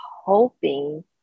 hoping